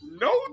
No